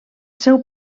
seu